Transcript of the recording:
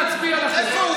הציבור יימנע מלהצביע לכם,